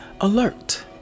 alert